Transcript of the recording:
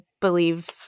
believe